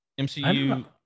MCU